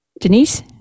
Denise